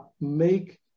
make